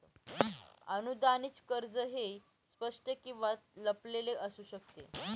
अनुदानित कर्ज हे स्पष्ट किंवा लपलेले असू शकते